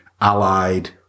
allied